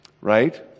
Right